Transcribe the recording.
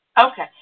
Okay